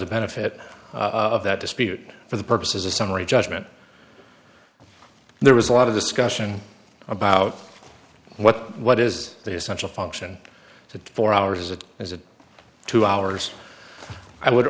the benefit of that dispute for the purposes of summary judgment there was a lot of discussion about what what is the essential function to four hours it is a two hours i would